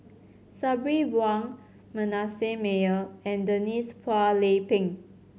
Sabri Buang Manasseh Meyer and Denise Phua Lay Peng